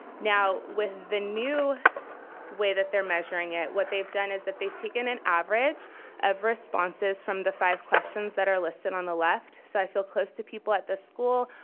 now with the new way that they're measuring it, what they've done is that they've taken an average of responses from the five questions that are listed on the left. so i feel close to people at this school,